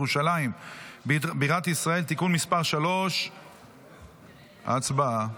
ירושלים בירת ישראל (תיקון מס' 3). הצבעה.